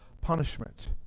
punishment